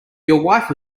wife